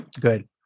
Good